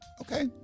Okay